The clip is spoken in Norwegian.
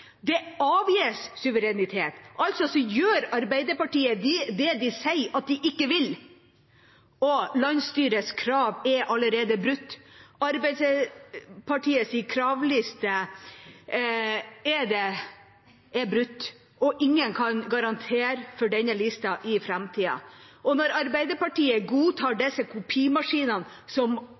Det avgis suverenitet – altså gjør Arbeiderpartiet det de sier at de ikke vil, og landsstyrets krav er allerede brutt. Arbeiderpartiets kravliste er brutt, og ingen kan garantere for denne listen i framtiden. Og når Arbeiderpartiet godtar disse «kopimaskinene» som